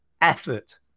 effort